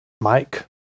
Mike